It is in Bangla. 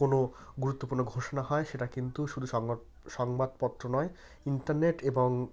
কোনো গুরত্বপূর্ণ ঘোষণা হয় সেটা কিন্তু শুধু সংবাদ সংবাদপত্র নয় ইন্টারনেট এবং